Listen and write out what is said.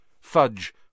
Fudge